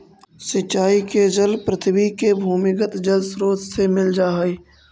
सिंचाई के जल पृथ्वी के भूमिगत जलस्रोत से मिल जा हइ